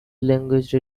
language